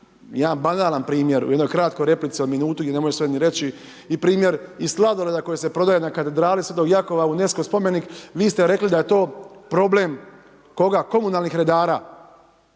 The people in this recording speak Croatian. jedan banalan primjer u jednoj kratkoj replici od minutu i ne mogu sve ni reći. I primjer i sladoleda koji se prodaje na katedrali Sv. Jakova, UNESCO spomenik. Vi ste rekli da je to problem koga? Komunalnih redara.